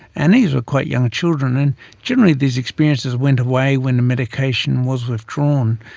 and these were quite young children. and generally these experiences went away when medication was withdrawn.